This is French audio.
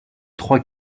trois